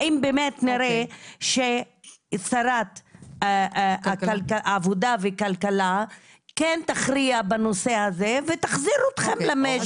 האם באמת נראה ששרת העבודה וכלכלה כן תכריע בנושא הזה ותחזיר אתכם למשק.